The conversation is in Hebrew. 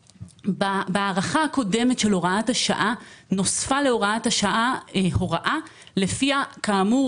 בהארכה הקודמת של הוראת השעה נוספה להוראת השעה הוראה לפיה כאמור